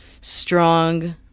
strong